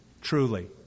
Truly